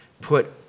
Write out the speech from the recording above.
put